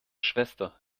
schwester